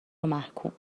ومحکوم